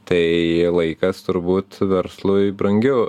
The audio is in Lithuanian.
tai laikas turbūt verslui brangiau